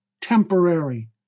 temporary